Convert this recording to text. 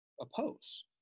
oppose